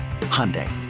Hyundai